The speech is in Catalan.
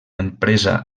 empresa